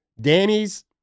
Danny's